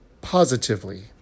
positively